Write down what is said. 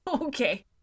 Okay